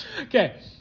Okay